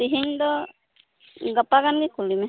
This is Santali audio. ᱛᱮᱦᱮᱧ ᱫᱚ ᱜᱟᱯᱟ ᱜᱟᱱ ᱜᱮ ᱠᱳᱞᱮᱢᱮ